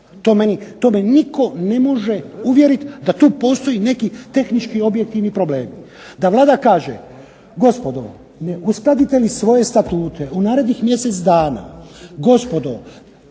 To me nitko ne može uvjerit da tu postoji neki tehnički objektivni problemi. Da Vlada kaže gospodo ne uskladite li svoje statute u narednih mjesec dana, gospodo